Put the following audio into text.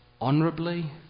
honorably